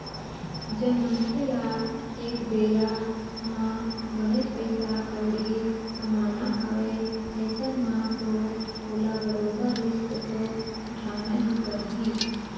जब मनखे ल एक बेरा म बनेच पइसा कउड़ी कमाना हवय अइसन म तो ओला बरोबर रिस्क तो उठाना ही परही